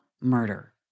murder